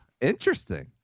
interesting